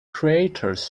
creators